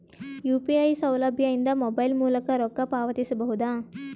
UPI ಸೌಲಭ್ಯ ಇಂದ mobile ಮೂಲಕ ರೊಕ್ಕ ಪಾವತಿಸ ಬಹುದಾ?